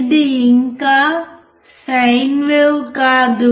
ఇది ఇంకా sine wave కాదు